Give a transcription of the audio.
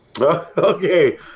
Okay